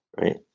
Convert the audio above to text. right